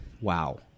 Wow